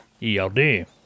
ELD